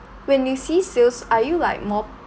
when you see sales are you like more